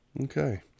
Okay